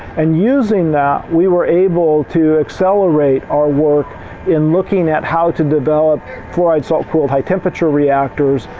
and using that we were able to accelerate our work in looking at how to develop fluoride salt cooled high-temperature reactors,